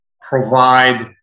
provide